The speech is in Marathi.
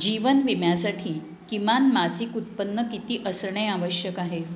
जीवन विम्यासाठी किमान मासिक उत्पन्न किती असणे आवश्यक आहे